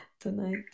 tonight